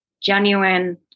genuine